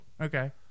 Okay